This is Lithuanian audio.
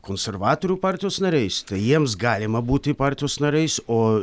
konservatorių partijos nariais tai jiems galima būti partijos nariais o